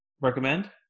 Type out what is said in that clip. Recommend